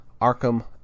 Arkham